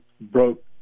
broke